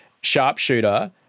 sharpshooter